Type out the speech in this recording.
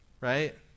right